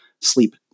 sleep